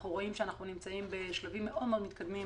אנחנו נמצאים בשלבים מאוד מתקדמים,